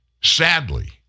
Sadly